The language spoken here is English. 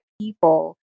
people